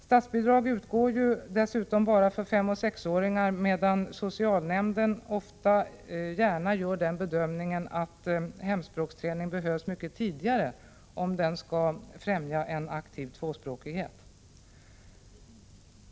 Statsbidrag utgår dessutom bara för femoch sexåringar, medan socialnämnden ofta gör bedömningen att hemspråksträning behövs mycket tidigare, om den skall främja en aktiv tvåspråkighet.